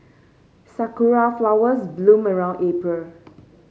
sakura flowers bloom around April